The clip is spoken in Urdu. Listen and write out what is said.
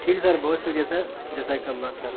ٹھیک ہے سر بہت شکریہر جیسائ کلنا سر